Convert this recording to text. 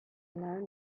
alone